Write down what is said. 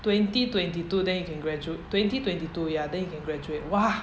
twenty twenty two then he can graduate twenty twenty two ya then he can graduate !wah!